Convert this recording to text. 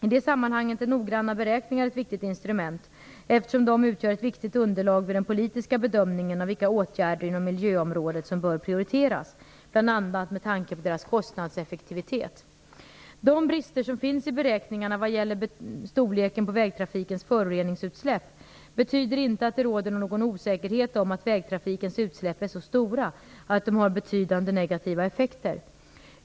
I det sammanhanget är noggranna beräkningar ett viktigt instrument, eftersom de utgör ett viktigt underlag vid den politiska bedömningen av vilka åtgärder inom miljöområdet som bör prioriteras, bl.a. med tanke på deras kostnadseffektivitet. De brister som finns i beräkningarna vad gäller storleken på vägtrafikens föroreningsutsläpp betyder inte att det råder någon osäkerhet om att vägtrafikens utsläpp är så stora att de har betydande negativa effekter.